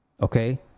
Okay